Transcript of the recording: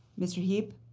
mr. heep.